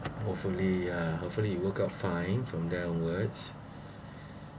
hopefully ah hopefully you work out fine from there onwards